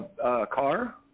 car